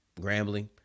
Grambling